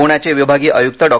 पूण्याचे विभागीय आयुक्त डॉ